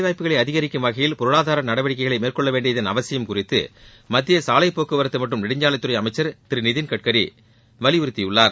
வாய்ப்புகளை அதிகரிக்கும் வகையில் நாட்டின் வேலை பொருளாதார மேற்கொள்ள வேண்டியதன் அவசியம் குறித்து மத்திய சாலை நடவடிக்கைகளை போக்குவரத்து மற்றும் நெடுஞ்சாலைத்துறை அமைச்சர் திரு நிதின்கட்கரி வலியுறுத்தியுள்ளார்